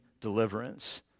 deliverance